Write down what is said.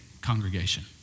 congregation